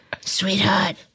Sweetheart